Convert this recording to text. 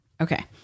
Okay